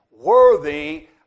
worthy